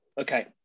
Okay